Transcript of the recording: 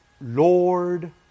Lord